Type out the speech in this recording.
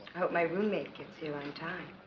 hope my roommate gets here on time